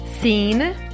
scene